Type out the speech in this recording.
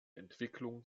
entwicklung